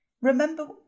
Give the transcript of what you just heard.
Remember